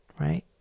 right